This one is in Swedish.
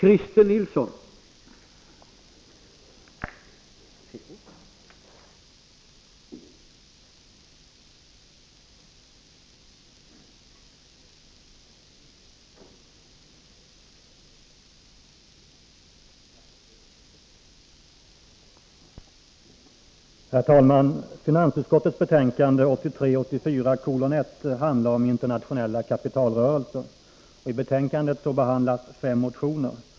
Herr talman! Finansutskottets betänkande 1983/84:1 handlar om internationella kapitalrörelser. I betänkandet behandlas fem motioner.